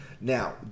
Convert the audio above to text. Now